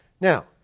Now